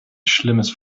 schlimmes